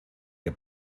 que